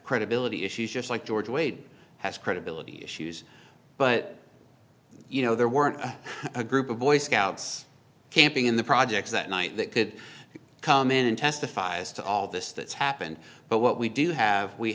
credibility issues just like george wade has credibility issues but you know there were a group of boy scouts camping in the projects that night that could come in and testify as to all this that's happened but what we do have we